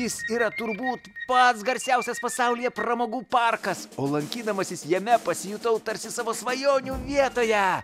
jis yra turbūt pats garsiausias pasaulyje pramogų parkas o lankydamasis jame pasijutau tarsi savo svajonių vietoje